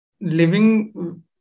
living